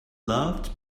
loved